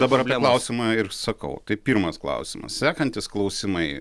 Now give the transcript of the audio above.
dabar klausimą ir sakau tai pirmas klausimas sekantys klausimai